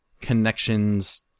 connections